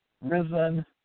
risen